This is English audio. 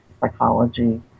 psychology